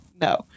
no